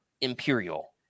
imperial